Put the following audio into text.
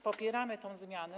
Popieramy tę zmianę.